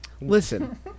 Listen